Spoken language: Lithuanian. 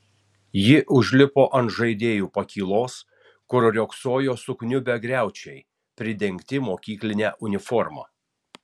ji užlipo ant žaidėjų pakylos kur riogsojo sukniubę griaučiai pridengti mokykline uniforma